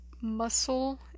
muscle